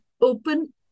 open